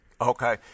Okay